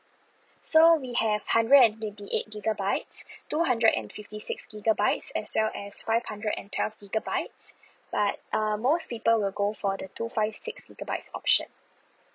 so we have hundred and twenty eight gigabytes two hundred and fifty six gigabytes as well as five hundred and twelve gigabytes but uh most people will go for the two five six gigabytes option